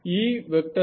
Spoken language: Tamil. EjA